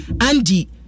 Andy